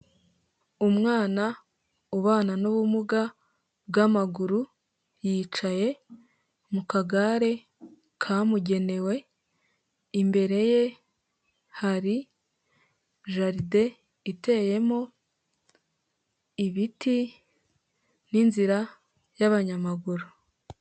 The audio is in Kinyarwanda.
Umwana ubana n'ubumuga bw'amaguru yicaye mu kagare kamugenewe, imbere ye hari jaride iteyemo ibiti n'inzira y'abanyamaguru.